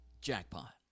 jackpot